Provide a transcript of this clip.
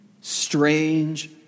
strange